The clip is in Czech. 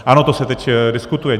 Ano, to se teď diskutuje.